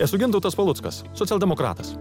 esu gintautas paluckas socialdemokratas